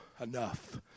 enough